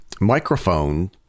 microphone